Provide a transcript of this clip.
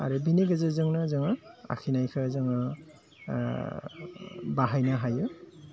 आरो बिनि गेजेरजोंनो जोङो आखिनायखो जोङो बाहायनो हायो